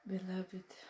Beloved